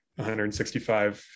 165